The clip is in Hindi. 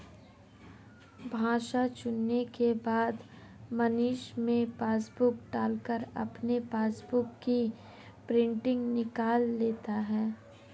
भाषा चुनने के बाद मशीन में पासबुक डालकर अपने पासबुक की प्रिंटिंग निकाल लेता है